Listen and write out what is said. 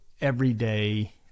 everyday